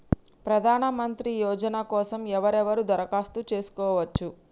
ప్రధానమంత్రి యోజన కోసం ఎవరెవరు దరఖాస్తు చేసుకోవచ్చు?